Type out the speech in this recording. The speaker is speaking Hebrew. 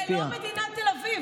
זה לא מדינת תל אביב.